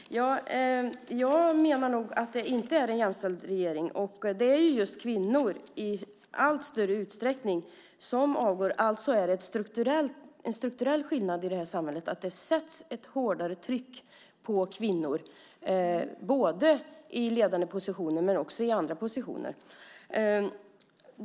Herr talman! Jag menar nog att det inte är en jämställd regering. Det är just kvinnor i allt större utsträckning som avgår. Alltså finns det en strukturell skillnad i det här samhället. Det sätts ett hårdare tryck på kvinnor både i ledande och i andra positioner.